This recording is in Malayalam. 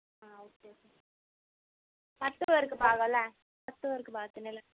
ആ ഓക്കെ ഓക്കെ പത്ത് പേർക്ക് പാകം അല്ലേ പത്ത് പേർക്ക് പാകത്തിന് അല്ലേ